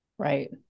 right